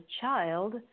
child